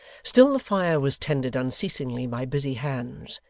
still the fire was tended unceasingly by busy hands,